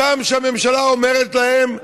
אותם אלה שהממשלה אומרת להם: